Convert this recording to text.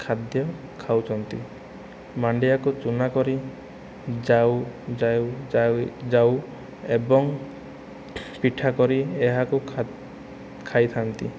ଖାଦ୍ୟ ଖାଉଛନ୍ତି ମାଣ୍ଡିଆକୁ ଚୂନା କରି ଯାଉ ଯାଉ ଯାଉ ଯାଉ ଏବଂ ପିଠା କରି ଏହାକୁ ଖାଇଥାନ୍ତି